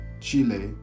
Chile